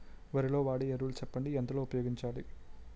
వరిలో వాడే ఎరువులు చెప్పండి? ఎంత లో ఉపయోగించాలీ?